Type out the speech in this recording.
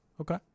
Okay